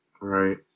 Right